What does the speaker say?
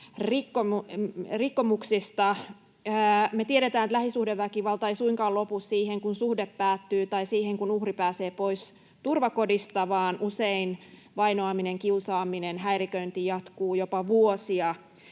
ihmisoikeusrikkomuksista. Me tiedetään, että lähisuhdeväkivalta ei suinkaan lopu siihen, kun suhde päättyy, tai siihen, kun uhri pääsee pois turvakodista, vaan usein vainoaminen, kiusaaminen ja häiriköinti jatkuvat jopa vuosia.